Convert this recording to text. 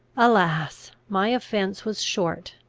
alas! my offence was short,